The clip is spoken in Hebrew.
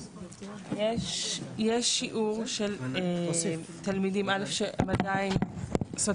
יש שיעור של תלמידים א' שהם עדיין זאת אומרת